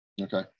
okay